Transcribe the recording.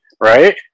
right